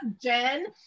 Jen